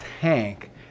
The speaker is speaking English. tank